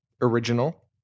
original